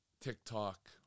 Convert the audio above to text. TikTok